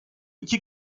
iki